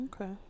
Okay